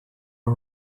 her